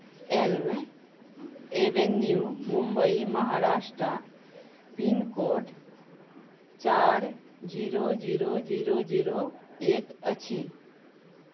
Elm avenue Mumbai Maharashtra pincode चारि zero zero zero zero एक अछि